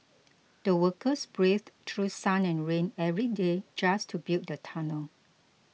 the workers braved through sun and rain every day just to build the tunnel